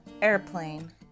airplane